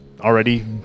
already